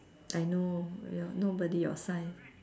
I know your nobody your size